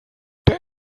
der